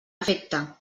efecte